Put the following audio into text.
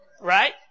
Right